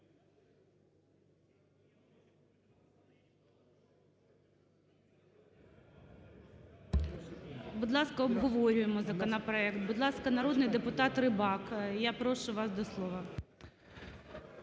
Будь ласка, обговорюємо законопроект. Будь ласка, народний депутат Рибак, я прошу вас до слова.